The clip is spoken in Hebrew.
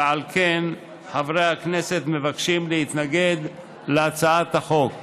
ועל כן חברי הכנסת מתבקשים להתנגד להצעת החוק.